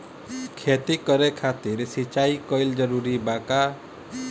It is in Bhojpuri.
खेती करे खातिर सिंचाई कइल जरूरी बा का?